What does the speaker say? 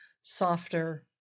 softer